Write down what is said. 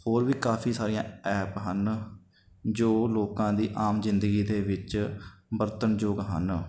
ਹੋਰ ਵੀ ਕਾਫੀ ਸਾਰੀਆਂ ਐਪ ਹਨ ਜੋ ਲੋਕਾਂ ਦੀ ਆਮ ਜ਼ਿੰਦਗੀ ਦੇ ਵਿੱਚ ਵਰਤਨਯੋਗ ਹਨ